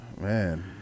Man